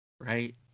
right